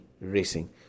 racing